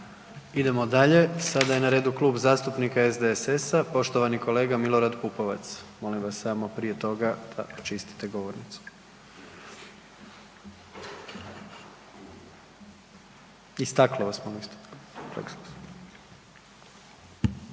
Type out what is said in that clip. Idemo dalje. Sada je na redu Klub zastupnika SDSS-a, poštovani kolega Milorad Pupovac. Molim vas samo prije toga da počistite govornicu. I staklo vas molim